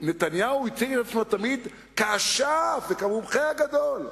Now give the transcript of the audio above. שנתניהו הציג את עצמו תמיד כאשף וכמומחה הגדול,